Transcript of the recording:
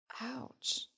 Ouch